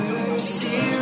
Mercy